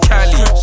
Cali